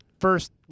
first